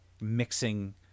mixing